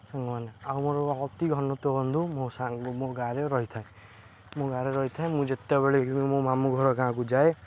ସାଙ୍ଗମାନେ ଆଉ ମୋର ଅତି ଘନିଷ୍ଠ ବନ୍ଧୁ ମୋ ସାଙ୍ଗ ମୋ ଗାଁରେ ରହିଥାଏ ମୋ ଗାଁରେ ରହିଥାଏ ମୁଁ ଯେତେବେଳେ ବି ମୋ ମାମୁଁ ଘର ଗାଁକୁ ଯାଏ